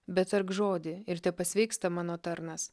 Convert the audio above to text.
bet tark žodį ir tepasveiksta mano tarnas